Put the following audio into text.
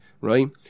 right